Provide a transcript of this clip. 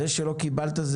זה שלא קיבלת,